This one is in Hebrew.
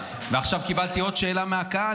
עכשיו קיבלתי עוד שאלה מהקהל,